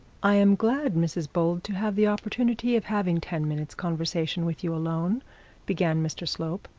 i am glad, mrs bold, to have the opportunity of having ten minutes' conversation with you alone began mr slope.